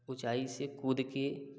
ऊँचाई से कूद के